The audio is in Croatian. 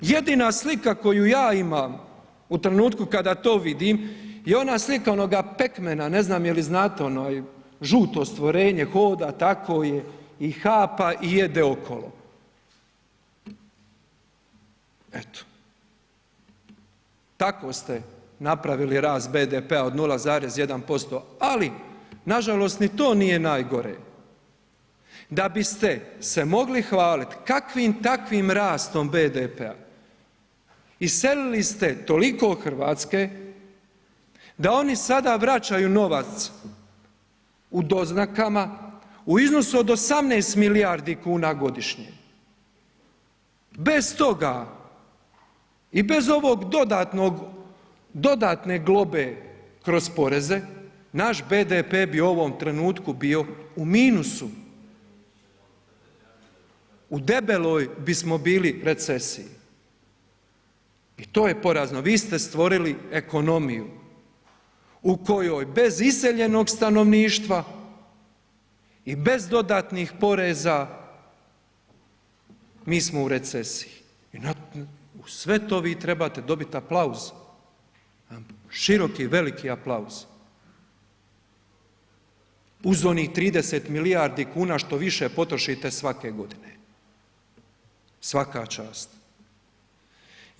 Jedina slika koju ja imam u trenutku kada to vidim je ona slika onoga pekmena, ne znam je li znate, onaj žuto stvorenje hoda, tako je i hapa i jede okolo, eto tako ste napravili rast BDP-a od 0,1%, ali nažalost ni to nije najgore, da biste se mogli hvalit kakvim takvim rastom BDP-a, iselili ste toliko RH da oni sada vraćaju novac u doznakama u iznosu od 18 milijardi kuna godišnje, bez toga i bez ovog dodatnog, dodatne globe kroz poreze, naš BDP bi u ovom trenutku bio u minusu, u debeloj bismo bili recesiji i to je porazno, vi ste stvorili ekonomiju u kojoj bez iseljenog stanovništva i bez dodatnih poreza mi smo u recesiji i uz sve to vi trebate dobit aplauz, široki veliki aplauz uz onih 30 milijardi kuna što više potrošite svake godine, svaka čast.